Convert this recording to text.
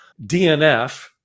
DNF